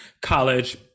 college